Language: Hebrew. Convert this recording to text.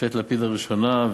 ממשלת לפיד הראשונה,